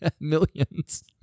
millions